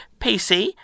PC